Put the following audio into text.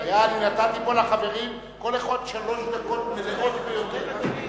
נתתי פה לחברים לכל אחד שלוש דקות מלאות ביותר.